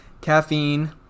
caffeine